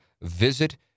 visit